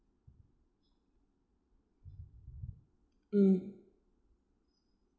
mm